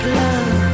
love